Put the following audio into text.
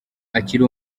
akiri